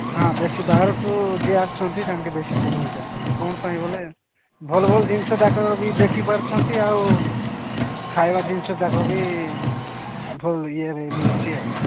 ହଁ ବେଶୀ ବାହାରଠୁ ଯିଏ ଆସୁଛନ୍ତି ତାଙ୍କେ ବେଶୀ ପସନ୍ଦ କରୁଛନ୍ତି କ'ଣ ପାଇଁ ବୋଲେ ଭଲ ଭଲ ଜିନିଷ ଜାକ ବି ଦେଖିପାରୁଛନ୍ତି ଆଉ ଖାଇବା ଜିନିଷ ଯାକ ବି ଭଲ ଇଏ ମିଳୁଚି ଆଉ